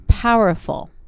Powerful